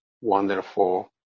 wonderful